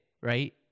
right